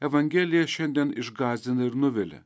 evangelija šiandien išgąsdina ir nuvilia